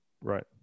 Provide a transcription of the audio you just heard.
Right